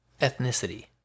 ethnicity